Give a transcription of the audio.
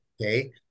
Okay